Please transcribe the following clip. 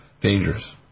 dangerous